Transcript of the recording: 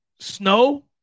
snow